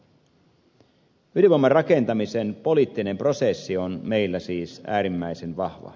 ydinvoiman rakentamisen poliittinen prosessi on meillä siis äärimmäisen vahva